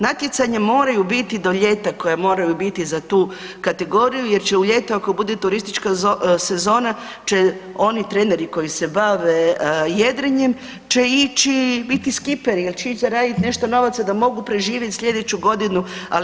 Natjecanja moraju biti do ljeta, koja moraju biti za tu kategoriju jer će u ljeto ako bude turistička sezona će oni treneri koji se bave jedrenjem će ići biti skiperi jer će ići zaraditi nešto novaca da mogu preživjeti slijedeću godinu ali